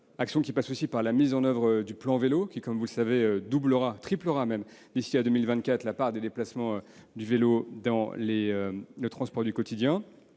Elles passent aussi par la mise en oeuvre du plan Vélo qui, comme vous le savez, triplera d'ici à 2024 la part des déplacements du vélo dans les transports du quotidien.